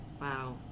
Wow